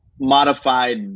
modified